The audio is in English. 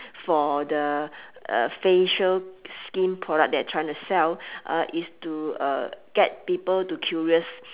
for the uh facial skin product they're trying to sell uh is to uh get people to curious